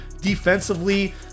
Defensively